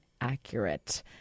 accurate